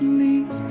leave